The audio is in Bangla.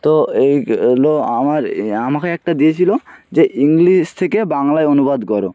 তো এইগুলো আমার আমাকে একটা দিয়েছিলো যে ইংলিশ থেকে বাংলায় অনুবাদ করো